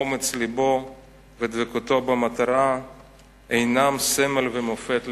אומץ לבו ודבקותו במטרה הינם סמל ומופת לדורות.